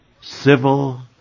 civil